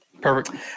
Perfect